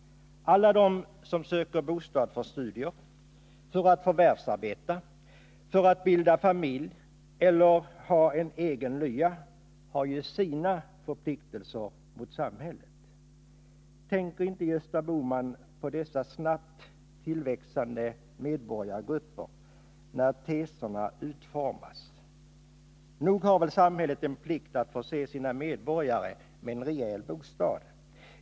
Alla de som söker bostad för studier, för att förvärvsarbeta, för att bilda familj eller som vill ha en egen lya har ju sina förpliktelser mot samhället. Tänker inte Gösta Bohman på dessa snabbt tillväxande medborgargrupper när teserna utformas? Nog har väl samhället en plikt att förse sina medborgare med en rejäl bostad.